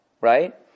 right